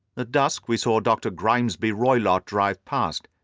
ah dusk we saw dr. grimesby roylott drive past,